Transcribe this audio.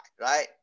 right